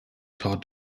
tat